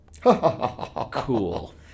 Cool